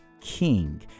king